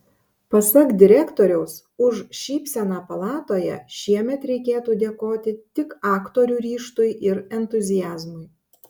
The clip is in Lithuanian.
pasak direktoriaus už šypseną palatoje šiemet reikėtų dėkoti tik aktorių ryžtui ir entuziazmui